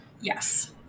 Yes